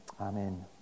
Amen